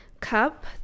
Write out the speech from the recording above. cup